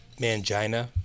Mangina